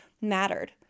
mattered